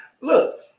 look